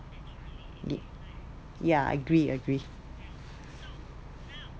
yeah agree agree